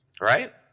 Right